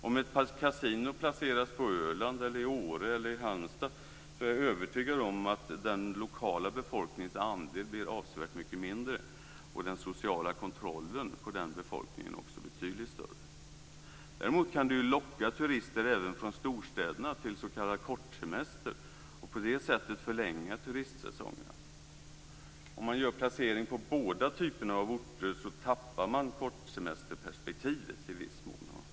Om ett par kasinon placeras på Öland, Åre eller Halmstad är jag övertygad om att den lokala befolkningens andel blir avsevärt mycket mindre och den sociala kontrollen på befolkningen betydligt större. Däremot kan det locka turister även från storstäderna till s.k. kortsemester och på det sättet förlänga turistsäsongerna. Om man gör placering på båda typerna av orter tappar man i viss mån kortsemesterperspektivet.